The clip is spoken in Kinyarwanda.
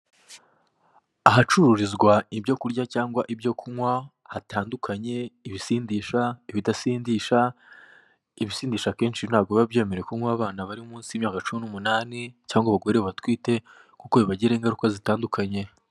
Ahacururizwa ibyo kurya cyangwa ibyo kunywa hatandukanye; ibisindisha, ibidasindisha, ibisindisha kenshi ntabwo biba byemerewe kunywa abana bari munsi y'imyaka cumi n'umunane cyangwa abagore batwite, kuko bibagiraho ingaruka zitandukanye.